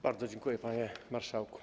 Bardzo dziękuję, panie marszałku.